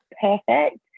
perfect